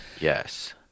Yes